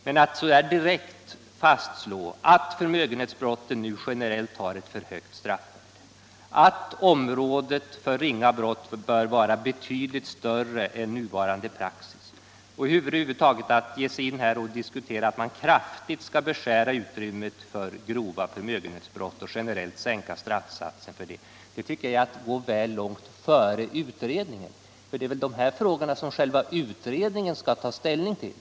Men att direkt fastslå att förmögenhetsbrott generellt medför för höga straff, att området för ringa brott bör vara betydligt större än enligt nuvarande praxis — att över huvud taget ge sig in här och diskutera att man kraftigt skall beskära utrymmet för grova förmögenhetsbrott och generellt sänka straffsatsen för dem — är, tycker jag, att gå väl långt före utredningen. Det är väl de här frågorna utredningen skall ta ställning till!